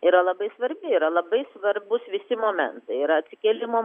yra labai svarbi yra labai svarbūs visi momentai yra atsikėlimo